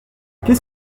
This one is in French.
qu’est